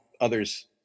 others